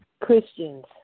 Christians